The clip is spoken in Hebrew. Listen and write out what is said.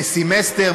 לסמסטר,